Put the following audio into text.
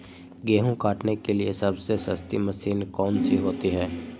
गेंहू काटने के लिए सबसे सस्ती मशीन कौन सी होती है?